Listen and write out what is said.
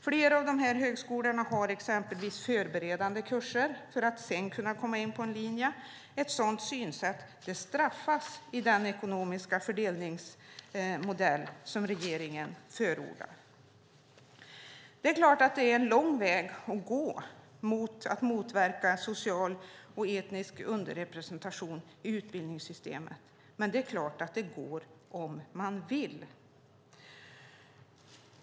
Flera av dessa högskolor har exempelvis förberedande kurser för att sedan kunna komma in på en linje. Ett sådant synsätt straffas i den ekonomiska fördelningsmodell som regeringen förordar. Det är en lång väg att gå för att motverka social och etnisk underrepresentation i utbildningssystemet. Men det är klart att det går om man vill.